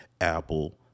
Apple